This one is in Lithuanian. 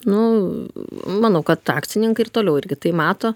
nu manau kad akcininkai ir toliau irgi tai mato